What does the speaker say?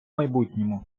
майбутньому